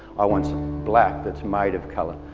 i want some black that's made of color.